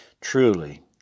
Truly